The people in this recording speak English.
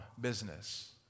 business